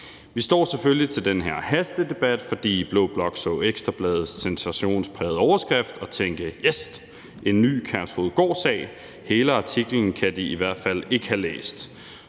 Vi står selvfølgelig til den her hasteforespørgselsdebat, fordi blå blok så Ekstra Bladets sensationsprægede overskrift og tænkte: Yes, en ny Kærshovedgårdsag. Hele artiklen kan de i hvert fald ikke have læst,